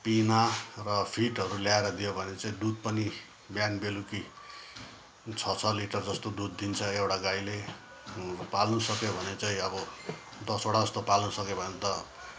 पिना र फिडहरू ल्याएर दियो भने चाहिँ दुध पनि बिहान बेलुकी छ छ लिटर जस्तो दुध दिन्छ एउटा गाईले पाल्नु सक्यो भने चाहिँ अब दसवटा जस्तो पाल्नु सक्यो भने त